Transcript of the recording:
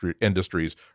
industries